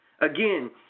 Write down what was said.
Again